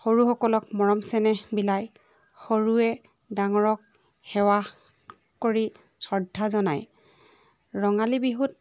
সৰুসকলক মৰম চেনেহ বিলায় সৰুৱে ডাঙৰক সেৱা কৰি শ্ৰদ্ধা জনায় ৰঙালী বিহুত